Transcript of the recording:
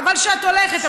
חבל שאת הולכת,